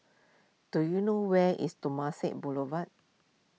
do you know where is Temasek Boulevard